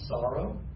sorrow